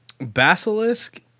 Basilisk